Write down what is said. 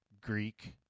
Greek